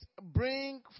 bring